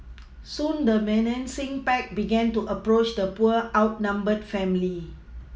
soon the menacing pack began to approach the poor outnumbered family